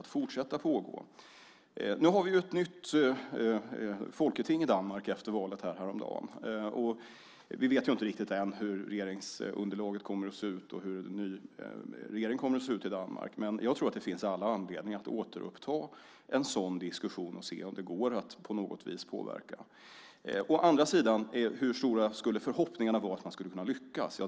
Nu har vi efter valet häromdagen ett nytt Folketing i Danmark. Vi vet ännu inte riktigt hur regeringsunderlaget och en ny regering i Danmark kommer att se ut, men jag tror att det finns all anledning att återuppta diskussionen och se om det går att på något vis påverka dem. Å andra sidan är frågan hur stora förhoppningarna för att lyckas skulle kunna vara.